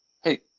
Hey